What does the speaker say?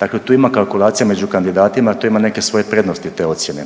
Dakle, tu ima kalkulacija među kandidatima to ima neke svoje prednosti te ocjene.